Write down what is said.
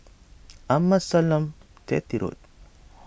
Amasalam Chetty Road